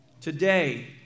Today